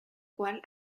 cual